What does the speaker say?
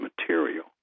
material